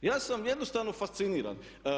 Ja sam jednostavno fasciniran.